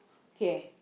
kay